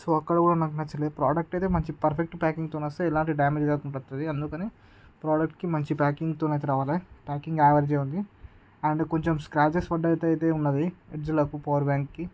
so అక్కడ కూడా నాకు నచ్చలేదు ప్రోడక్ట్ అయితే మంచి పర్ఫెక్ట్ ప్యాకింగ్తో వస్తే ఎలాంటి డామేజ్ లేకుండా వస్తుంది అందుకని ప్రోడక్ట్కి మంచి ప్యాకింగ్తో అయితే రావాలి ప్యాకింగ్ ఆవెరేజ్యే ఉంది అండ్ కొంచెం స్క్రాచెస్ పడినాయి అయితే అయితే ఉన్నది ఎడ్జ్లకు పవర్ బ్యాంక్కి